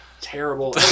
terrible